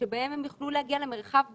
שבהם הם יוכלו להגיע למרחב בטוח,